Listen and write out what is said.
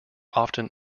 often